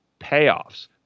payoffs